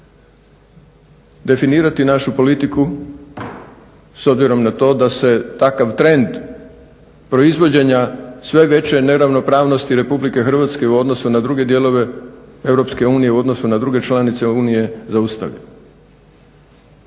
definirati našu politiku s obzirom na to da se takav trend proizvođenja sve veće neravnopravnosti Republike Hrvatske u odnosu na druge dijelove u Europske unije, u odnosu na druge članice Unije zaustavi,